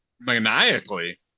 maniacally